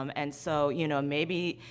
um and so, you know, maybe,